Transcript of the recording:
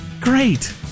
great